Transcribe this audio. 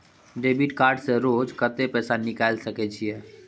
Debit card से रोज कत्ते पैसा निकाल सके छिये?